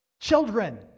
children